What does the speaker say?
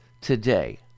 today